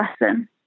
lesson